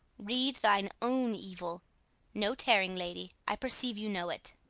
read thine own evil no tearing, lady i perceive you know it.